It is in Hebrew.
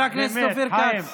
חבר הכנסת אופיר כץ.